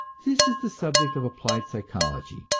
this is the subject of applied psychology,